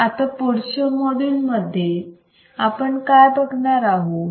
आता पुढच्या माॅड्यूलमध्ये आपण काय बघणार आहोत